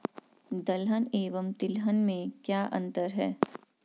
दलहन एवं तिलहन में क्या अंतर है?